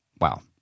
wow